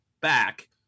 back